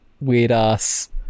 weird-ass